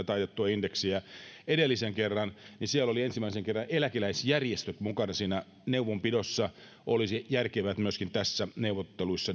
taitettua indeksiä edellisen kerran olivat ensimmäisen kerran eläkeläisjärjestöt mukana siinä neuvonpidossa olisi järkevää että myöskin niissä neuvotteluissa